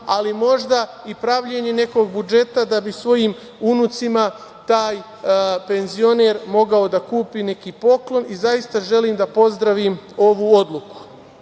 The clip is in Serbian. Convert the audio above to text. ali možda i pravljenje nekog budžeta da bi svojim unucima taj penzioner mogao da kupi neki poklon. Zaista želim da pozdravim ovu odluku. Ono